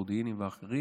מודיעיניים ואחרים,